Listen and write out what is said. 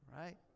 Right